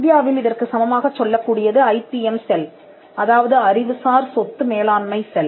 இந்தியாவில் இதற்குச் சமமாகச் சொல்லக்கூடியது ஐபிஎம் செல் அதாவது அறிவுசார் சொத்து மேலாண்மை செல்